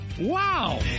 Wow